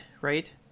right